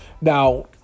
Now